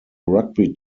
rugby